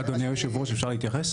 אדוני יושב הראש, אפשר להתייחס?